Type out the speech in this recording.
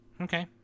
Okay